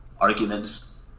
arguments